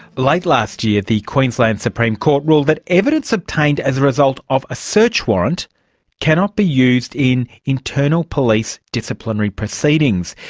late last year the queensland supreme court ruled that evidence obtained as a result of a search warrant cannot be used in internal police disciplinary proceedings.